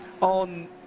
on